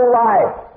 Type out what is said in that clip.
life